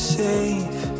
safe